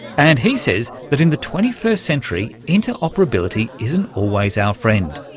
and he says but in the twenty first century interoperability isn't always our friend,